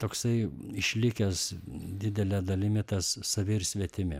toksai išlikęs didele dalimi tas savi ir svetimi